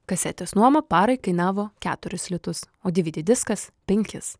kasetės nuoma parai kainavo keturis litus o dy vy dy diskas penkis